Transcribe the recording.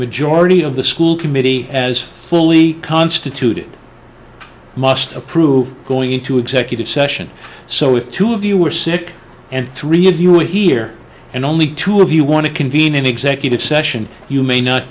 majority of the school committee as fully constituted must approve going into executive session so if two of you were sick and three of you were here and only two of you want to convene an executive session you may not